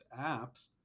apps